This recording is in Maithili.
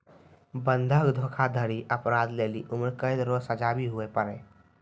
बंधक धोखाधड़ी अपराध लेली उम्रकैद रो सजा भी हुवै पारै